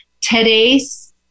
today's